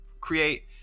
create